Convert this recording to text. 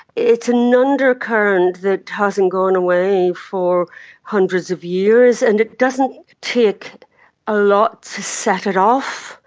it's an undercurrent that hasn't gone away for hundreds of years, and it doesn't take a lot to set it off.